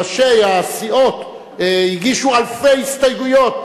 ראשי הסיעות הגישו אלפי הסתייגויות,